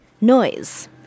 Noise